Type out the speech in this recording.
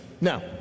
Now